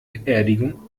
beerdigung